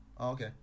okay